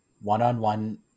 one-on-one